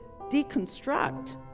deconstruct